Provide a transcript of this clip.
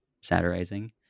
satirizing